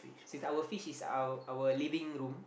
since our fish is our our living room